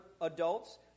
adults